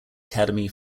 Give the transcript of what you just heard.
academy